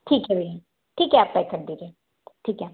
ठीक है भैया ठीक है आप पैक कर दीजिए ठीक है